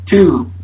two